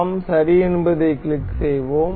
நாம் சரி என்பதைக் கிளிக் செய்வோம்